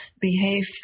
behave